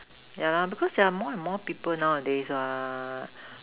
yeah lah because there are more and more people nowadays what